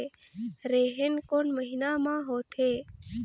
रेहेण कोन महीना म होथे?